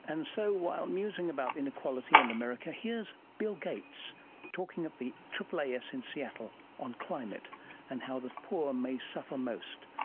and so while musing about inequality and america, here's bill gates talking at the aaas in seattle on climate and how the poor may suffer most,